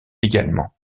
également